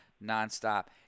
non-stop